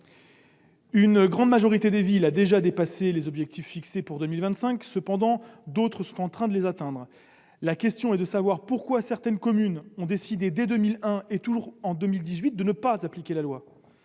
Une grande majorité des villes ont déjà dépassé les objectifs fixés pour 2025, d'autres sont en train de les atteindre. La question est de savoir pourquoi certaines communes ont décidé, depuis 2001, de ne pas appliquer la loi.